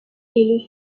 est